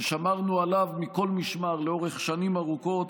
ששמרנו עליו מכל משמר לאורך שנים ארוכות,